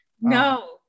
no